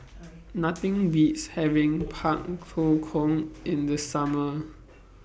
Nothing Beats having Pak Thong Kong in The Summer